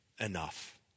enough